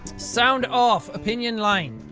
sound off! opinion line.